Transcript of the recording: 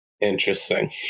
Interesting